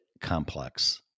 complex